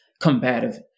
combative